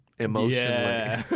Emotionally